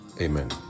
Amen